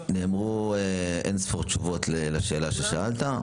נאמרו אין ספור תשובות לשאלה ששאלת,